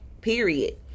period